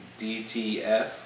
DTF